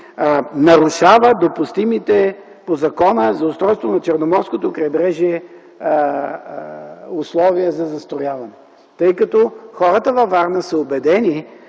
нарушава допустимите по Закона за устройство на Черноморското крайбрежие условия за застрояване, тъй като във Варна са убедени,